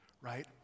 right